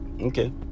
Okay